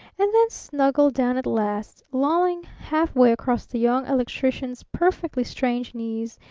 and then snuggled down at last, lolling half-way across the young electrician's perfectly strange knees,